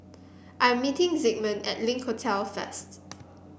I'm meeting Zigmund at Link Hotel first